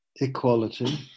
equality